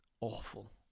Awful